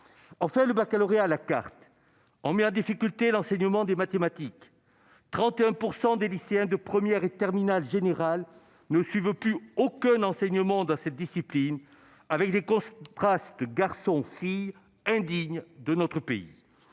Enfin, le baccalauréat à la carte a mis en difficulté l'enseignement des mathématiques : 31 % des lycéens de première et de terminale générales ne suivent plus aucun enseignement dans cette discipline, avec des contrastes entre garçons et filles indignes de notre pays.